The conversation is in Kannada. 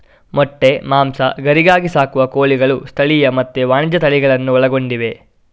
ಮೊಟ್ಟೆ, ಮಾಂಸ, ಗರಿಗಾಗಿ ಸಾಕುವ ಕೋಳಿಗಳು ಸ್ಥಳೀಯ ಮತ್ತೆ ವಾಣಿಜ್ಯ ತಳಿಗಳನ್ನೂ ಒಳಗೊಂಡಿವೆ